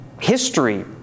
history